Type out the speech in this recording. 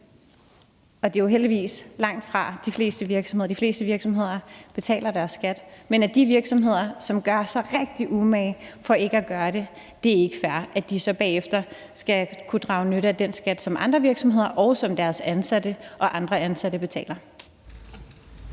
gælder jo heldigvis langtfra de fleste virksomheder; de fleste virksomheder betaler deres skat. Men jeg håber da, at vi kan være enige om, at hvad angår de virksomheder, som gør sig rigtig umage for ikke at gøre det, er det ikke fair, at de så bagefter skal kunne drage nytte af den skat, som andre virksomheder og som deres ansatte og andre ansatte betaler.